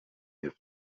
have